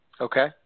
Okay